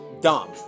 dumb